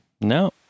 No